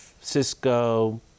Cisco